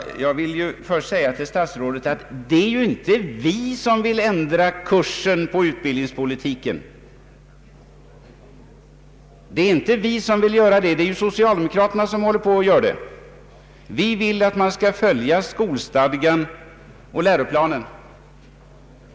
Jag vill då först säga till herr statsrådet, att det inte är vi som vill ändra kursen på utbildningspolitiken — det är socialdemokraterna som håller på att göra det. Vi vill följa skolstadgan och läroplanen.